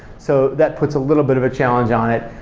so that puts a little bit of a challenge on it.